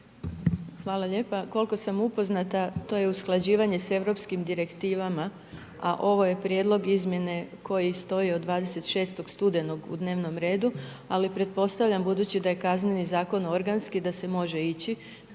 Hvala lijepa. Koliko sam upoznata, to je usklađivanje sa europskim direktivama, a ovo je prijedlog izmjene koji stoji od 26. studenog u dnevnom redu. Ali pretpostavljam, budući da je Kazneni zakon organski, da se može ići